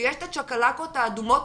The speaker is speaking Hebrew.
כשיש את הצ'קלקות האדומות,